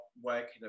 working